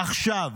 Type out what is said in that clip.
עכשיו.